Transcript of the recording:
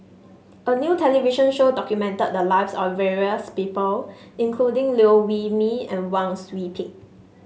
a new television show documented the lives of various people including Liew Wee Mee and Wang Sui Pick